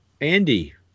Andy